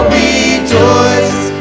rejoice